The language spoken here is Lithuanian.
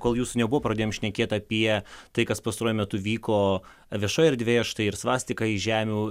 kol jūsų nebuvo pradėjom šnekėt apie tai kas pastaruoju metu vyko viešoj erdvėje štai ir svastiką iš žemių